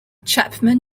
chapman